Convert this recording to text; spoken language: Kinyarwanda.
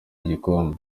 igikombe